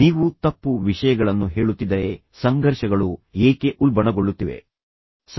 ನೀವು ತಪ್ಪು ವಿಷಯಗಳನ್ನು ಹೇಳುತ್ತಿದ್ದರೆ ಸಂಘರ್ಷಗಳು ಏಕೆ ಉಲ್ಬಣಗೊಳ್ಳುತ್ತಿವೆ ಎಂಬುದನ್ನು ಈಗ ನೀವು ಅರ್ಥಮಾಡಿಕೊಳ್ಳಬಹುದು